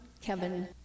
Kevin